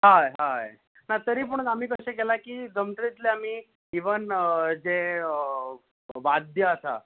हय हय ना तरी पूण आमी कशे केलां की जमता तितले आमी इवन जे वाद्य आसा